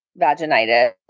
vaginitis